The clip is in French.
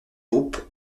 groupe